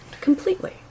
Completely